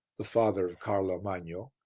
the father of carlo magno,